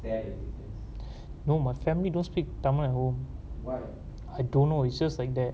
no my family don't speak tamil at home I don't know it's just like that